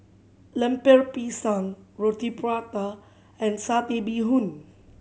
Lemper Pisang Roti Prata and Satay Bee Hoon